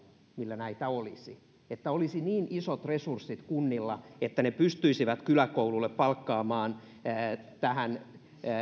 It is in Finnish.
millä näitä olisi että olisi niin isot resurssit kunnilla että ne pystyisivät kyläkouluille palkkaamaan